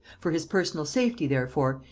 for his personal safety, therefore,